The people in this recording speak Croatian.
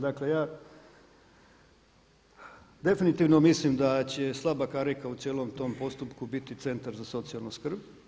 Dakle, ja definitivno mislim da će slaba karika u cijelom tom postupku biti Centar za socijalnu skrb.